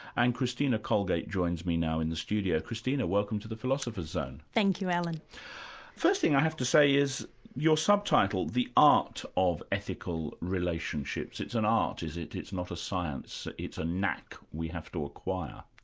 and christina colegate joins me now in the studio. christina, welcome to the philosopher's zone. thank you, alan. the first thing i have to say is your subtitle the art of ethical relationships it's an art, is it? it's not a science, it's a knack we have to acquire?